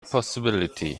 possibility